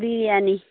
biryani